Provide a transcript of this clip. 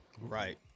Right